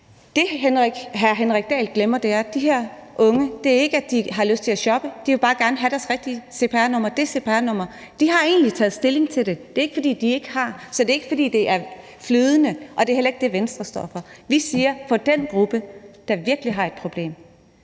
Det, hr. Henrik Dahl glemmer med de her unge, er, at de ikke har lyst til at shoppe, de vil bare gerne have deres rigtige cpr-nummer, det cpr-nummer. De har taget stilling til det. Det er ikke, fordi de ikke har taget stilling, så det er ikke flydende, og det er heller ikke det, Venstre står for. Vi siger: For den gruppe, der virkelig har et problem,